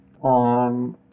On